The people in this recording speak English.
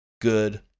Good